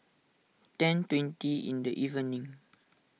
ten twenty in the evening